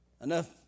Enough